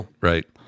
right